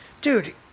dude